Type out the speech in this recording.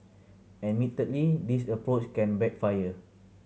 admittedly this approach can backfire